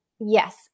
Yes